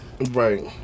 Right